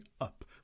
up